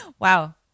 Wow